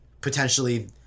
potentially